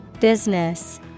Business